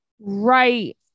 Right